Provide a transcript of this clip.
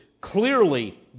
clearly